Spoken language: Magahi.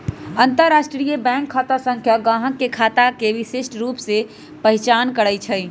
अंतरराष्ट्रीय बैंक खता संख्या गाहक के खता के विशिष्ट रूप से पहीचान करइ छै